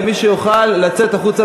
ומי שיוכל לצאת החוצה,